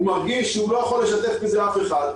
הוא מרגיש שהוא לא יכול לשתף בזה אף אחד.